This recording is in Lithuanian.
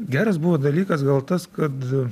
geras buvo dalykas gal tas kad